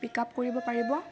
পিক up কৰিব পাৰিব